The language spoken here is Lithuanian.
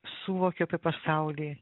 suvokiu apie pasaulį